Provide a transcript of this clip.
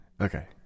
Okay